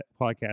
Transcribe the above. podcast